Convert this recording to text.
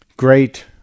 Great